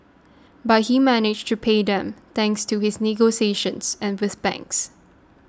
but he managed to pay them thanks to his negotiations and with banks